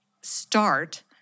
start